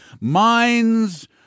minds